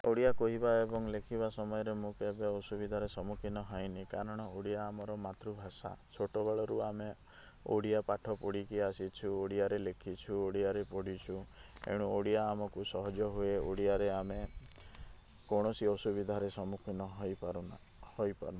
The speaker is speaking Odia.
ଓଡ଼ିଆ କହିବା ଏବଂ ଲେଖିବା ସମୟରେ ମୁଁ କେବେ ଅସୁବିଧାର ସମ୍ମୁଖୀନ ହୋଇନି କାରଣ ଓଡ଼ିଆ ଆମର ମାତୃଭାଷା ଛୋଟବେଳରୁ ଆମେ ଓଡ଼ିଆ ପାଠ ପଢ଼ିକି ଆସିଛୁ ଓଡ଼ିଆରେ ଲେଖିଛୁ ଓଡ଼ିଆରେ ପଢ଼ିଛୁ ଏଣୁ ଓଡ଼ିଆ ଆମକୁ ସହଜ ହୁଏ ଓଡ଼ିଆରେ ଆମେ କୌଣସି ଅସୁବିଧାରେ ସମ୍ମୁଖୀନ ହୋଇପାରୁନା ହୋଇପାରୁନୁ